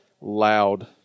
Loud